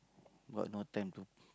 but no time to